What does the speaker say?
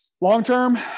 Long-term